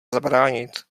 zabránit